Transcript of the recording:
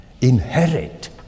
inherit